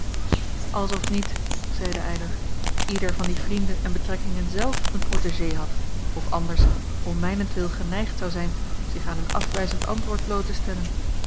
of niet zeide eylar ieder van die vrienden en betrekkingen zelf een protégé had of anders om mijnentwille geneigd zou zijn zich aan een afwijzend antwoord bloot te stellen